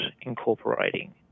incorporating